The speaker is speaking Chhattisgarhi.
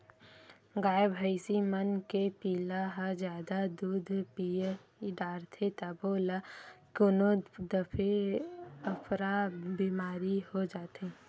गाय भइसी मन के पिला ह जादा दूद पीय डारथे तभो ल कोनो दफे अफरा बेमारी हो जाथे